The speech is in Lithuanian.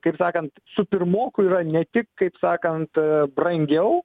kaip sakant su pirmoku yra ne tik kaip sakant brangiau